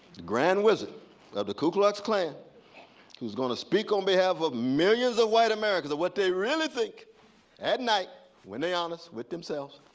grand wizard of the ku klux klan who's going to speak on behalf of millions of white americans, of what they really think at night when they're honest with themselves.